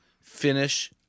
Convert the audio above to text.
finish